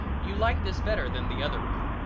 you like this better than the other way.